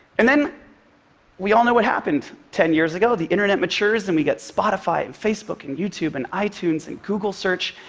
and then we all know what happened. ten years ago, the internet matures and we get spotify and facebook and youtube and itunes and google search,